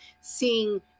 seeing